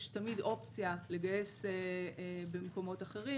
יש תמיד אופציה לגייס במקומות אחרים.